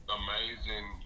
amazing